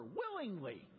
willingly